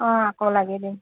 অঁ আকৌ লাগি দিম